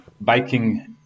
biking